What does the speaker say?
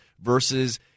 versus –